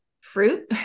fruit